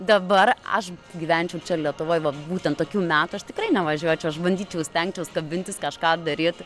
dabar aš gyvenčiau čia lietuvoj vat būtent tokių metų aš tikrai nevažiuočiau aš bandyčiau stengčiaus kabintis kažką daryti